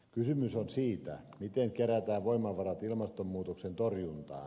kysymys on siitä miten kerätään voimavarat ilmastonmuutoksen torjuntaan